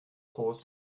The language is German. groß